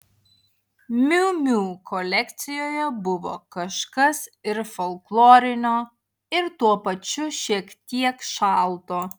miu miu kolekcijoje buvo kažkas ir folklorinio ir tuo pačiu šiek tiek šalto